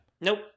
Nope